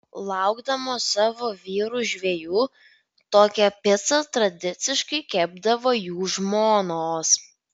laukdamos savo vyrų žvejų tokią picą tradiciškai kepdavo jų žmonos